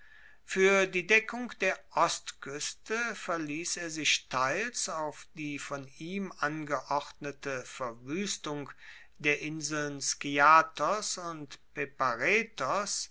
fuer die deckung der ostkueste verliess er sich teils auf die von ihm angeordnete verwuestung der inseln skiathos und peparethos